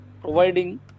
providing